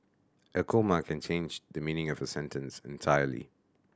a comma can change the meaning of a sentence entirely